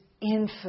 infinite